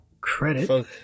credit